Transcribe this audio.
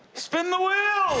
spin the wheel!